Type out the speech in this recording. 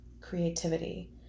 creativity